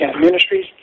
Ministries